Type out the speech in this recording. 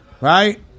right